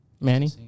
Manny